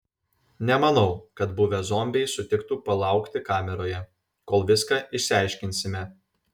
nemanau kad buvę zombiai sutiktų palaukti kameroje kol viską išsiaiškinsime